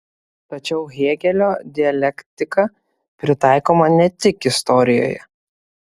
tačiau hėgelio dialektika pritaikoma ne tik istorijoje